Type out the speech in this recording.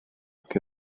que